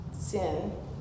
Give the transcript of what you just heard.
sin